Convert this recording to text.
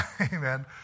Amen